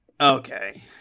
okay